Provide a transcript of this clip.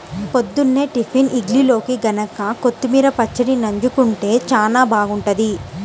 పొద్దున్నే టిఫిన్ ఇడ్లీల్లోకి గనక కొత్తిమీర పచ్చడి నన్జుకుంటే చానా బాగుంటది